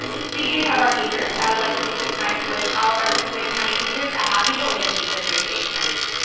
speaking of our teachers, i would like to take this time to wish all of our prince william county teachers happy belated teacher appreciation week.